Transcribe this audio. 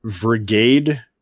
Brigade